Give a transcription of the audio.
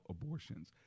abortions